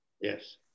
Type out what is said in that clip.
Yes